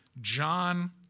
John